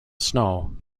snow